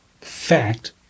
fact